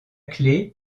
clé